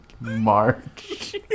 March